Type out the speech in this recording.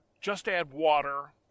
just-add-water